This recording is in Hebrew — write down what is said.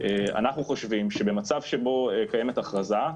אנחנו חושבים שבמצב שבו קיימת הכרזה,